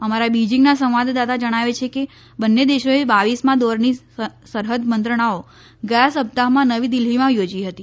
અમારા બિજિંગના સંવાદદાતા જણાવે છે કે બંને દેશોએ બાવીસમાં દોરની સરહદ મંત્રણાઓ ગયા સપ્તાહમાં નવી દિલ્હીમાં યોજી હતી